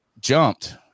jumped